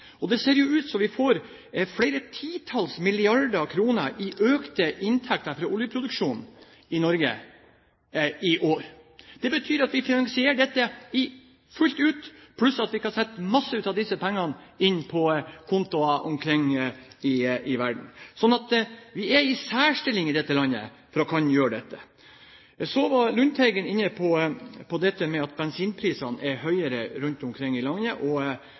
får flere titalls milliarder kroner i økte inntekter fra oljeproduksjonen i Norge i år. Det betyr at vi finansierer dette fullt ut pluss at vi kan sette masse av disse pengene inn på kontoer rundt omkring i verden. Vi er i en særstilling i dette landet til å kunne gjøre det. Lundteigen var inne på at bensinprisene er høye rundt omkring i landet, og